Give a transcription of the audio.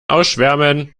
ausschwärmen